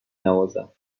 نوازم